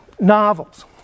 novels